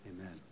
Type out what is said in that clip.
Amen